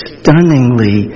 stunningly